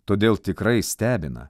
todėl tikrai stebina